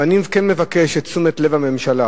ואני כן מבקש את תשומת לב הממשלה,